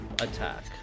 attack